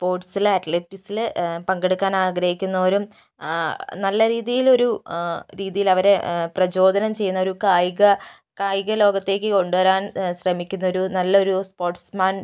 സ്പോർട്സിലെ അത്ലറ്റിക്സില് പങ്കെടുക്കാൻ ആഗ്രഹിക്കുന്നവരും നല്ല രീതിയിൽ ഒരു രീതിയിൽ അവരെ പ്രചോദനം ചെയ്യുന്ന ഒരു കായിക കായികലോകത്തേക്ക് കൊണ്ടുവരാൻ ശ്രമിക്കുന്ന ഒരു നല്ലൊരു സ്പോർട്സ്മാൻ